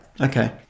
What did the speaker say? Okay